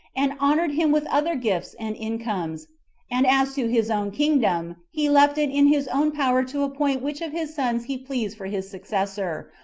and honored him with other gifts and incomes and as to his own kingdom, he left it in his own power to appoint which of his sons he pleased for his successor,